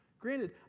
Granted